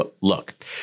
look